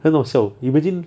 很好笑 you imagine